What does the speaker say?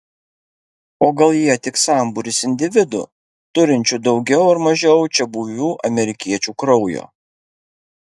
o gal jie tik sambūris individų turinčių daugiau ar mažiau čiabuvių amerikiečių kraujo